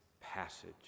passage